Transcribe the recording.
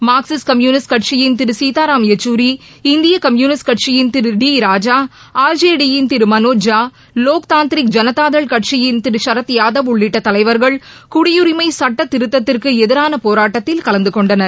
Marxist communist கட்சியின் திரு சீத்தாராம் யெக்சூரி இந்திய communist கடசியின் திரு D ராஜா ஆர்ஜேடியின் திரு மனோஜ் ஜா லோக் தாந்திரிக் ஜனதாதள் கட்சியின் திரு சரத்யாதவ் உள்ளிட்ட தலைவர்கள் குடியுரிமை சட்டத்திருத்தத்திற்கு எதிரான போராட்டத்தில் கலந்தகொண்டனர்